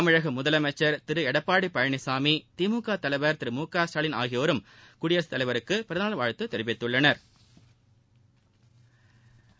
தமிழக முதலமைச்சர் திரு எடப்பாடி பழனிசாமி திமுக தலைவர் திரு மு க ஸ்டாலின் ஆகியோரும் குடியரசுத் தலைவருக்கு பிறந்த நாள் வாழ்த்து தெரிவித்துள்ளனா்